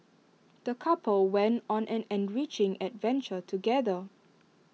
the couple went on an enriching adventure together